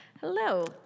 Hello